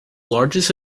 largest